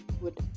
good